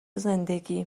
زندگی